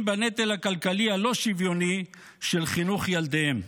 בנטל הכלכלי הלא-שוויוני של חינוך ילדיהם.